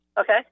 okay